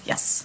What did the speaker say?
Yes